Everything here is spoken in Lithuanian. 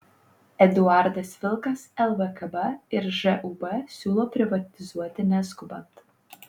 eduardas vilkas lvkb ir žūb siūlo privatizuoti neskubant